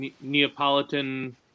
Neapolitan